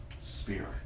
spirit